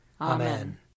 Amen